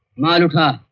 my daughter.